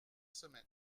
semaine